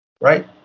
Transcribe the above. right